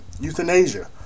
euthanasia